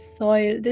soil